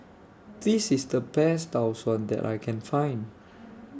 This IS The Best Tau Suan that I Can Find